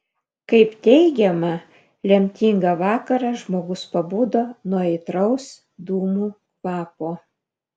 kaip teigiama lemtingą vakarą žmogus pabudo nuo aitraus dūmų kvapo